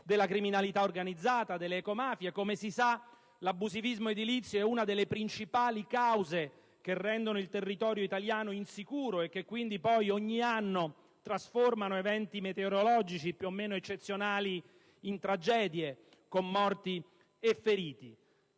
**(ore 18,30)** (*Segue* DELLA SETA). Come si sa, l'abusivismo edilizio è una delle principali cause che rendono il territorio italiano insicuro, e che poi ogni anno trasformano eventi metereologici più o meno eccezionali in tragedie con morti e feriti.